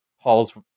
Paul's